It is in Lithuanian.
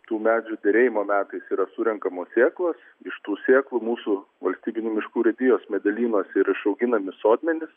tų medžių derėjimo metais yra surenkamos sėklos iš tų sėklų mūsų valstybinių miškų urėdijos medelynas ir išauginami sodmenis